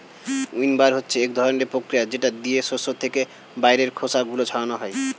উইন্নবার হচ্ছে এক ধরনের প্রতিক্রিয়া যেটা দিয়ে শস্য থেকে বাইরের খোসা গুলো ছাড়ানো হয়